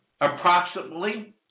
approximately